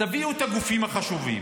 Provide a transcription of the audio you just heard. תביאו את הגופים החשובים